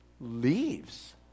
leaves